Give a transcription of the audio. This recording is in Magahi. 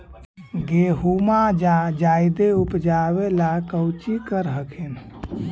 गेहुमा जायदे उपजाबे ला कौची कर हखिन?